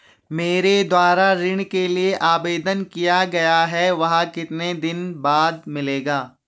मेरे द्वारा ऋण के लिए आवेदन किया गया है वह कितने दिन बाद मिलेगा?